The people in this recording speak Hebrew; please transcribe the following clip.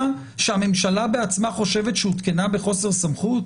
שהממשלה עצמה חושבת שהותקנה בחוסר סמכות?